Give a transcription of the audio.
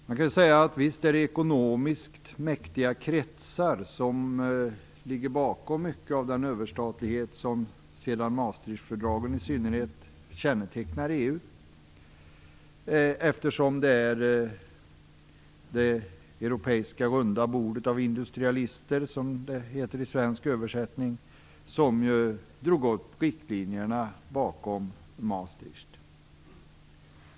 Man kan väl säga att visst är det ekonomiskt mäktiga kretsar som ligger bakom mycket av den överstatlighet som sedan Maastrichtfördragen i synnerhet kännetecknar EU. Det är ju det europeiska runda bordet av industrialister, som det heter i svensk översättning, som drog upp riktlinjerna bakom Maastricht.